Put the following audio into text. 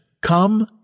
Come